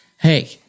Hey